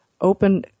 open